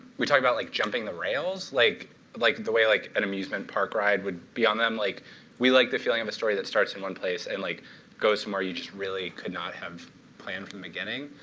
we talk about like jumping the rails, like like the way like an amusement park ride would be on them. like we like the feeling of a story that starts in one place, and like goes somewhere you just really could not have planned from beginning.